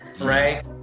Right